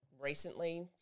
recently